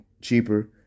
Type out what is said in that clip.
cheaper